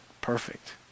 perfect